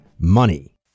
money